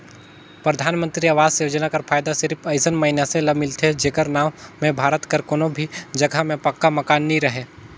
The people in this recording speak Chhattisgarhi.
परधानमंतरी आवास योजना कर फएदा सिरिप अइसन मइनसे ल मिलथे जेकर नांव में भारत कर कोनो भी जगहा में पक्का मकान नी रहें